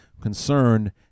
concerned